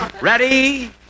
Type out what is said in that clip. Ready